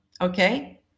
okay